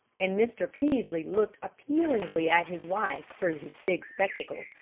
and mr. peaslee looked appealingly at his wife through his big spectacles,